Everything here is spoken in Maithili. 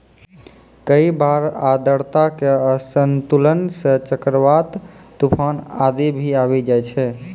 कई बार आर्द्रता के असंतुलन सं चक्रवात, तुफान आदि भी आबी जाय छै